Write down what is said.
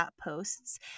posts